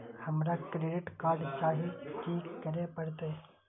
हमरा credit card चाही की करे परतै?